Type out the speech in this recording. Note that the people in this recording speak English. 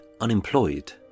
unemployed